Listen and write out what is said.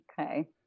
Okay